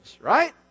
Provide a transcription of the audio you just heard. right